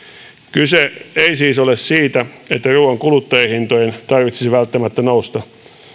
kyse ei siis ole siitä että ruoan kuluttajahintojen tarvitsisi välttämättä nousta